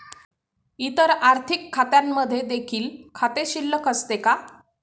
इतर आर्थिक खात्यांमध्ये देखील खाते शिल्लक असते का?